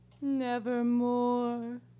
Nevermore